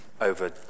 over